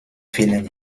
vielen